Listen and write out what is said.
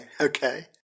okay